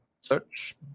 search